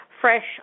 fresh